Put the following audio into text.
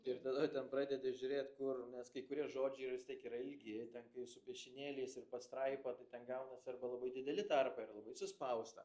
ir tada ten pradedi žiūrėt kur nes kai kurie žodžiai yra vis tiek yra ilgi ten kai su piešinėliais ir pastraipa tai ten gaunas arba labai dideli tarpai ar labai suspausta